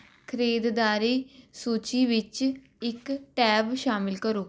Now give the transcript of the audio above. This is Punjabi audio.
ਖਰੀਦਦਾਰੀ ਸੂਚੀ ਵਿੱਚ ਇੱਕ ਟੈਬ ਸ਼ਾਮਲ ਕਰੋ